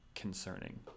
Concerning